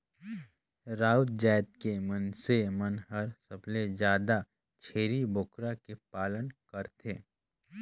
राउत जात के मइनसे मन हर सबले जादा छेरी बोकरा के पालन करथे